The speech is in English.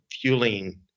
fueling